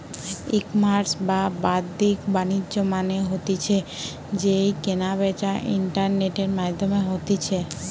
ecommerce বা বাদ্দিক বাণিজ্য মানে হতিছে যেই কেনা বেচা ইন্টারনেটের মাধ্যমে হতিছে